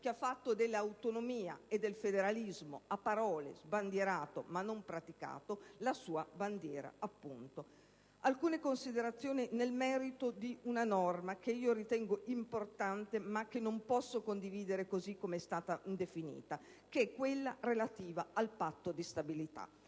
che ha fatto dell'autonomia e del federalismo a parole, sbandierato ma non praticato, la sua bandiera appunto. Alcune considerazioni nel merito di una norma, che ritengo importante ma che non posso condividere, così come è stata definita, la norma relativa al Patto di stabilità.